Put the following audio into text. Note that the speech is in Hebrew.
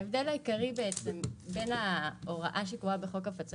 ההבדל העיקרי בין ההוראה שקבועה בחוק הפצת